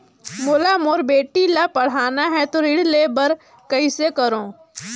मोला मोर बेटी ला पढ़ाना है तो ऋण ले बर कइसे करो